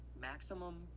Maximum